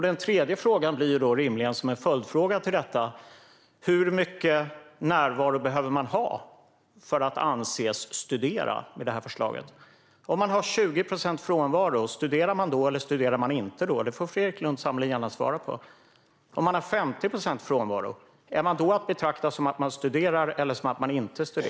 Den tredje frågan är en följdfråga: Hur mycket närvaro behöver man ha för att anses studera med det här förslaget? Om man har 20 procents frånvaro, studerar man då eller inte? Det får Fredrik Lundh Sammeli gärna svara på. Om man har 50 procents frånvaro, betraktas man då som att man studerar eller inte?